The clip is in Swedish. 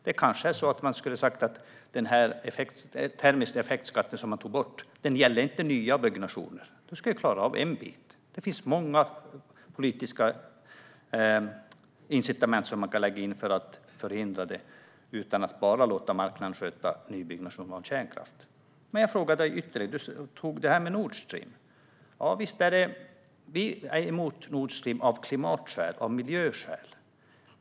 Det kanske är så att man skulle ha sagt att den termiska effektskatten som man tog bort inte gäller nya byggnationer. Nu ska vi klara av en bit. Det finns många politiska incitament som man kan lägga in för att förhindra det utan att bara låta marknaden sköta nybyggnationen av kärnkraft. Sofia Fölster tar upp Nord Stream. Vi är emot Nord Stream av klimat och miljöskäl.